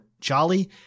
Jolly